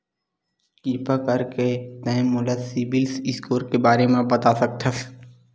किरपा करके का तै मोला सीबिल स्कोर के बारे माँ बता सकथस?